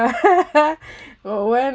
oh well